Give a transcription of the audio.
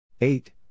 Eight